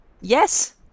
Yes